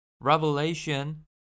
Revelation